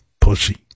Pussy